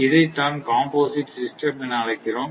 இதைத்தான் composite system என அழைக்கிறோம்